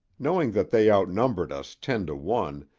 knowing that they outnumbered us ten to one,